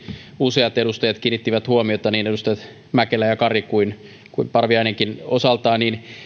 useat edustajat kiinnittivät huomiota niin edustajat mäkelä ja kari kuin kuin parviainenkin osaltaan